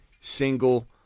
single